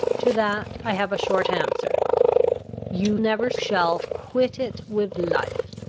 to that i have a short answer you never shall quit it with life.